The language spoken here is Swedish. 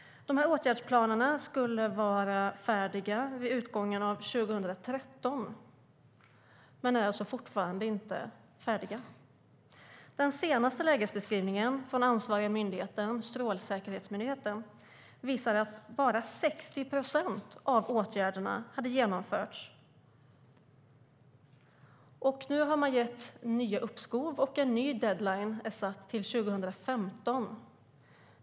Åtgärdsplanerna skulle vara färdiga vid utgången av 2013, men de är fortfarande inte färdiga. Den senaste lägesbeskrivningen från den ansvariga myndigheten, Strålsäkerhetsmyndigheten, visar att bara 60 procent av åtgärderna hade genomförts. Nu har man gett nya uppskov, och en ny deadline är satt till 2015.